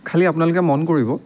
খালি আপোনালোকে মন কৰিব